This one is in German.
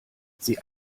sie